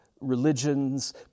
religions